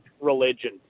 religion